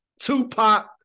Tupac